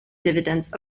dividends